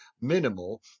minimal